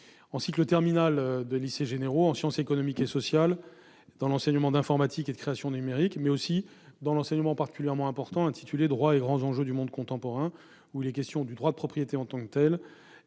en cycle terminal des lycées généraux, en sciences économiques et sociales, dans le cadre de l'enseignement d'informatique et de création numérique, mais aussi de l'enseignement particulièrement important intitulé « Droit et grands enjeux du monde contemporain »: le droit de propriété y est étudié en tant que tel,